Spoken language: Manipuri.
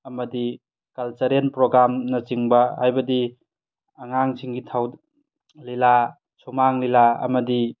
ꯑꯃꯗꯤ ꯀꯜꯆꯔꯦꯟ ꯄ꯭ꯔꯣꯒ꯭ꯔꯥꯝꯅꯆꯤꯡꯕ ꯍꯥꯏꯕꯗꯤ ꯑꯉꯥꯡꯁꯤꯡꯒꯤ ꯊꯧꯔꯝ ꯂꯤꯂꯥ ꯁꯨꯃꯥꯡ ꯂꯤꯂꯥ ꯑꯃꯗꯤ